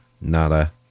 Nada